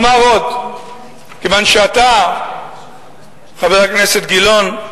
אומר עוד: כיוון שאתה, חבר הכנסת גילאון,